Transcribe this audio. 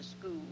School